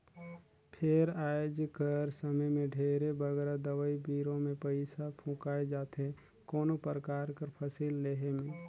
फेर आएज कर समे में ढेरे बगरा दवई बीरो में पइसा फूंकाए जाथे कोनो परकार कर फसिल लेहे में